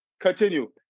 Continue